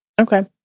Okay